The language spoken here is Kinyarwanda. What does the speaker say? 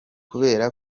kubera